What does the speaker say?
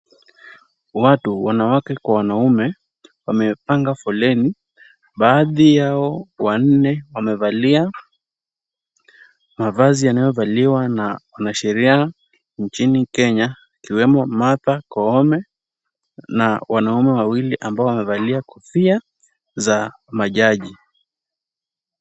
Watu, wanawake kwa wanaume wamepanga foleni .Baadhi yao wanne wamevalia mavazi yanayovaliwa na wanasheria nchini Kenya ikiwemo Martha Koome na wanaume wawili ambao wamevalia kofia za majaji.